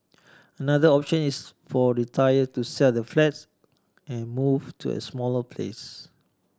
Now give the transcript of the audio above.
another option is for retiree to sell their flats and move to a smaller place